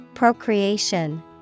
Procreation